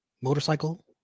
motorcycle